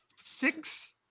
six